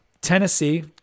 tennessee